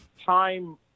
time